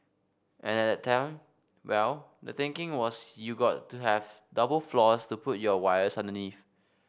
and at time well the thinking was you got to have double floors to put your wires underneath